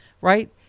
right